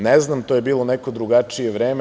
Ne znam, to je bilo neko drugačije vreme.